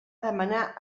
demanar